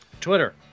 Twitter